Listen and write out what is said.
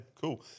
cool